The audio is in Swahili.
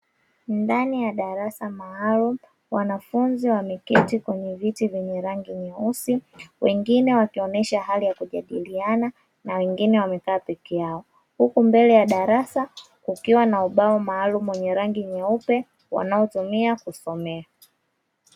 Ndani ya darasa maalumu wanafunzi wameketi kwenye viti vyenye rangi nyeusi wengine wakionyesha hali ya kujadiliana na wengine wamekaa peke yao, huku mbele ya darasa kukiwa na ubao maalumu wenye rangi nyeupe wanaotumia kusomea.